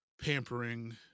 pampering